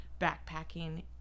backpacking